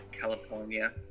California